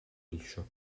liscio